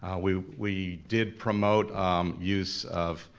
ah we we did promote use of